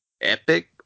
epic